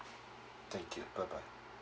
thank you bye bye